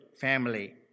family